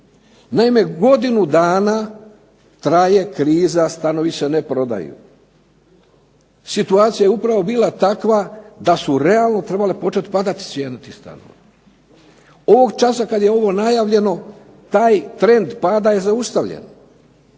Naime, godinu dana traje kriza, stanovi se ne prodaju. Situacija je upravo bila takva da su realno trebale početi padati cijene tih stanova. Ovog časa kad je ovo najavljeno taj trend pada je zaustavljen.